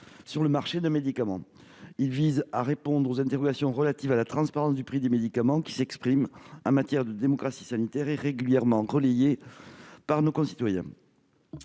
sur le marché d'un médicament. Il vise à répondre aux interrogations relatives à la transparence du prix des médicaments qui s'expriment en matière de démocratie sanitaire et sont régulièrement relayées par nos concitoyens.